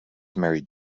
married